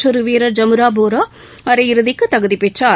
மற்றொருவீரர் ஜமுராபோரோஅரையிறுதிக்குதகுதிபெற்றார்